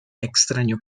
extraño